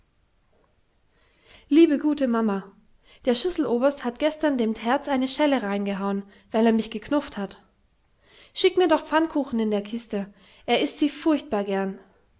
liebe gute mamma der schisseloberst hat gestern dem terz eine schelle neingehaun weil er mich geknufft hat schick mir doch pfannkuchen in der kiste er ißt sie furchtbar gerne